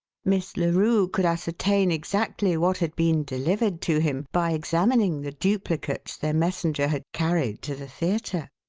miss larue could ascertain exactly what had been delivered to him by examining the duplicates their messenger had carried to the theatre.